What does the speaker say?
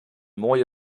mooie